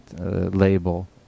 label